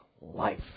life